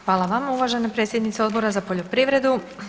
Hvala vama, uvažena predsjednice Odbora za poljoprivredu.